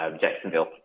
Jacksonville